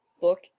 book